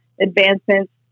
advancements